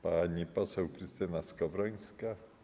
Pani poseł Krystyna Skowrońska.